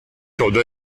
todo